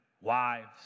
wives